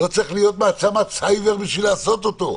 לא צריך להיות מעצמת סייבר כדי לעשות אותו,